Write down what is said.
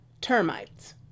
termites